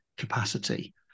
Capacity